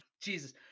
Jesus